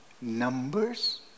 Numbers